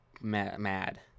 mad